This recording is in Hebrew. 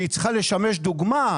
שהיא צריכה לשמש דוגמה,